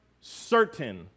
certain